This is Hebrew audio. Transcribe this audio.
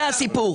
זה הסיפור.